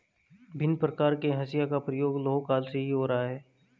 भिन्न प्रकार के हंसिया का प्रयोग लौह काल से ही हो रहा है